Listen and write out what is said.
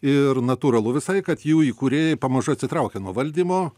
ir natūralu visai kad jų įkūrėjai pamažu atsitraukia nuo valdymo